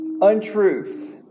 untruths